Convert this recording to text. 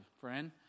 friend